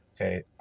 Okay